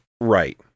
Right